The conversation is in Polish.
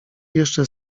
jeszcze